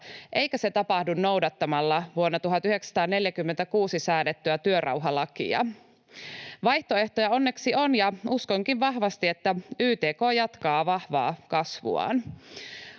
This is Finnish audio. eikä se tapahdu noudattamalla vuonna 1946 säädettyä työrauhalakia. Vaihtoehtoja onneksi on, ja uskonkin vahvasti, että YTK jatkaa vahvaa kasvuaan.